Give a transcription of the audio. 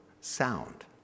sound